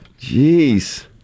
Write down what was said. Jeez